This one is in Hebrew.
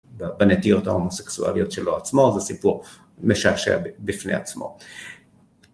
בנטיות ההומוסקסואליות שלו עצמו זה סיפור משעשע בפני עצמו.